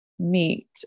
meet